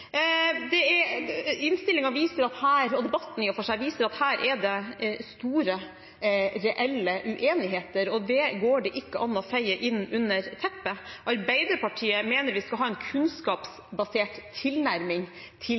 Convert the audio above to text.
og for seg – viser at her er det store reelle uenigheter, og det går det ikke an å feie inn under teppet. Arbeiderpartiet mener vi skal ha en kunnskapsbasert tilnærming til